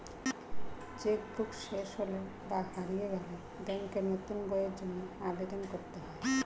check book শেষ হলে বা হারিয়ে গেলে ব্যাঙ্কে নতুন বইয়ের জন্য আবেদন করতে হয়